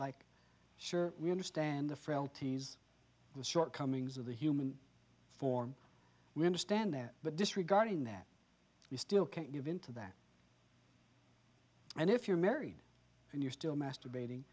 like sure we understand the frailties the shortcomings of the human form we understand that but disregarding that we still can't give into that and if you're married and you're still masturbating